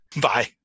Bye